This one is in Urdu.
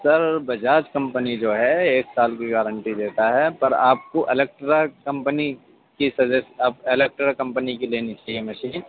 سر بجاج کمپنی جو ہے ایک سال کی گارنٹی دیتا ہے پر آپ کو الیکٹرا کمپنی کی سجسٹ آپ الیکٹرا کمپنی کی لینی چاہیے مشین